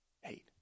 hate